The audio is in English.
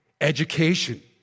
education